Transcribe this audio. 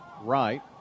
right